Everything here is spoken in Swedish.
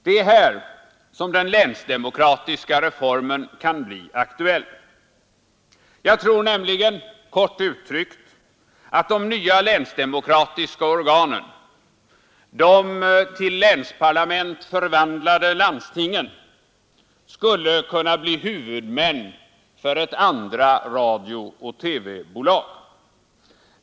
Det är här som den länsdemokratiska reformen kan bli aktuell. Jag tror nämligen, kort uttryckt, att de nya länsdemokratiska organen — de till länsparlament förvandlade landstingen — skulle kunna bli huvudmän för ett andra radio-TV-bolag.